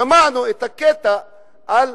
שמענו את הקטע על